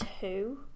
two